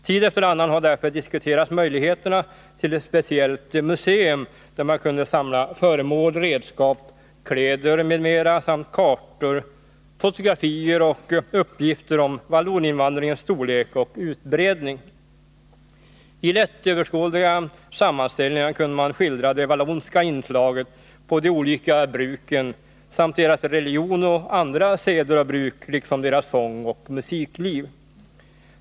Tid efter annan har därför diskuterats möjligheterna till ett speciellt museum där man kunde samla föremål, redskap, kläder m.m. samt kartor, fotografier och uppgifter om valloninvandringens storlek och utbredning. I lättöverskådliga sammanställningar kunde man skildra det vallonska inslaget på de olika bruken samt vallonernas religion och andra seder och bruk liksom deras sångoch musikliv.